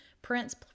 Prince